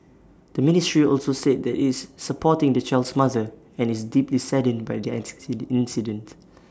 the ministry also said that IT is supporting the child's mother and is deeply saddened by the incident